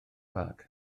park